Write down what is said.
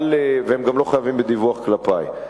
והם גם לא חייבים בדיווח כלפי,